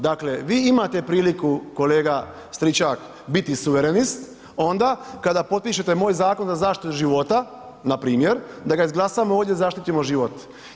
Dakle, vi imate priliku kolega Stričak biti suverenist onda kada potpišete moj zakon za zaštitu života npr., da ga izglasamo ovdje i zaštitimo život.